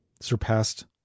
surpassed